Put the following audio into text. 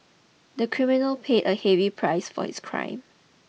the criminal paid a heavy price for his crime